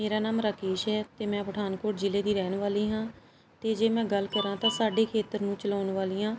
ਮੇਰਾ ਨਾਮ ਰਾਕੇਸ਼ ਹੈ ਅਤੇ ਮੈਂ ਪਠਾਨਕੋਟ ਜ਼ਿਲ੍ਹੇ ਦੀ ਰਹਿਣ ਵਾਲੀ ਹਾਂ ਅਤੇ ਜੇ ਮੈਂ ਗੱਲ ਕਰਾਂ ਤਾਂ ਸਾਡੇ ਖੇਤਰ ਨੂੰ ਚਲਾਉਣ ਵਾਲੀਆਂ